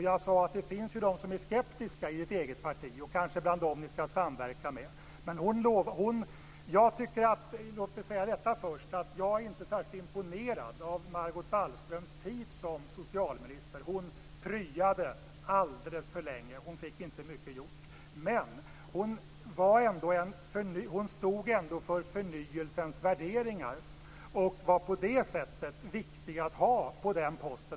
Jag sade: Det finns ju de som är skeptiska i ert eget parti och kanske bland dem som ni skall samverka med. Låt mig först säga att jag inte är särskilt imponerad av Margot Wallströms tid som socialminister. Hon pryade alldeles för länge. Hon fick inte mycket gjort. Men hon stod ändå för förnyelsens värderingar och var på det sättet viktig att ha på denna post.